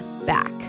back